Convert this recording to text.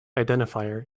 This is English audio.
identifier